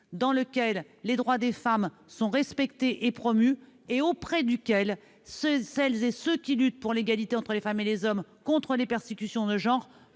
que les droits des femmes sont respectés et promus dans notre pays et que celles et ceux qui luttent pour l'égalité entre les femmes et les hommes et contre les persécutions liées